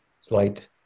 slight